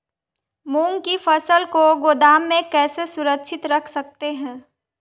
मूंग की फसल को गोदाम में कैसे सुरक्षित रख सकते हैं?